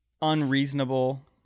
unreasonable